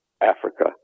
Africa